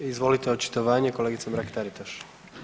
Izvolite očitovanje kolegica Mrak Taritaš.